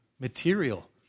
material